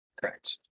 Correct